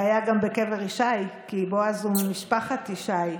והיה גם בקבר ישי, כי בועז הוא ממשפחת ישי,